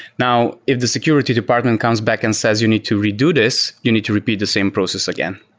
now, if the security department comes back and says, you need to redo this. you need to repeat the same process again.